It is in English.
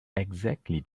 exactly